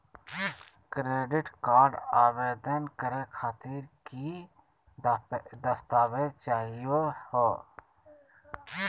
Credit card आवेदन करे खातिर की की दस्तावेज चाहीयो हो?